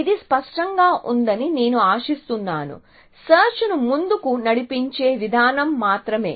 ఇది స్పష్టంగా ఉందని నేను ఆశిస్తున్నాను సెర్చ్ ను ముందుకు నడిపించే విధానం మాత్రమే